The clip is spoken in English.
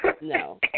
no